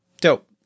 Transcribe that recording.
Dope